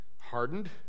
Hardened